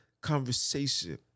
conversation